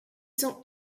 sont